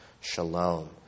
shalom